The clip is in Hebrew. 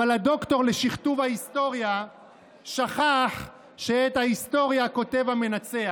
אבל הדוקטור לשכתוב ההיסטוריה שכח שאת ההיסטוריה כותב המנצח.